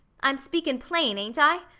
i'm speakin' plain, ain't i?